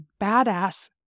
badass